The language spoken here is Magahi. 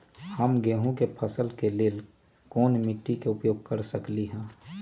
हम गेंहू के फसल के लेल कोन मिट्टी के उपयोग कर सकली ह?